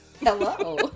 Hello